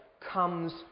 comes